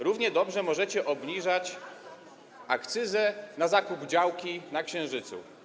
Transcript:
Równie dobrze możecie obniżać akcyzę na zakup działki na Księżycu.